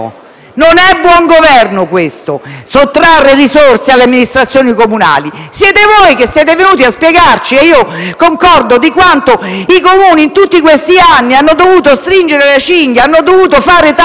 di buon governo sottrarre risorse alle amministrazioni comunali. Siete voi che siete venuti a spiegarci - e io concordo - quanto i Comuni, in tutti questi anni, abbiano dovuto stringere la cinghia, abbiano dovuto fare e